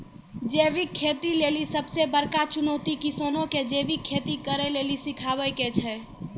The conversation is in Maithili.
जैविक खेती लेली सबसे बड़का चुनौती किसानो के जैविक खेती करे के लेली सिखाबै के छै